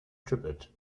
triplet